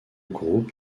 groupe